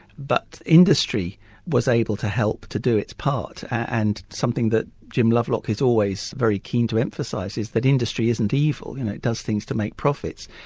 but industry was able to help to do its part. and something that jim lovelock is always very keen to emphasise is that industry isn't evil. you know, it does things to make profits,